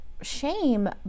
shame